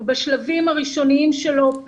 הוא בשלבים הראשוניים שלו,